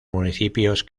municipios